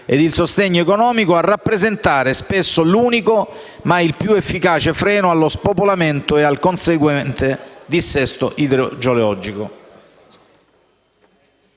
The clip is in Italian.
e il sostegno economico, a rappresentare spesso l'unico, ma il più efficace freno allo spopolamento e al conseguente dissesto idrogeologico.